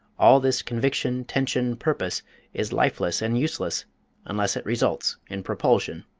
all this conviction-tension-purpose is lifeless and useless unless it results in propulsion.